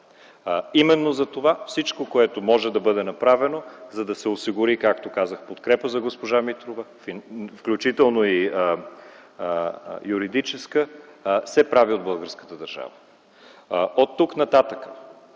Именно затова всичко, което може да бъде направено, за да се осигури, както казах, подкрепа за госпожа Митрова, включително и юридическа, се прави от българската държава. Оттук нататък,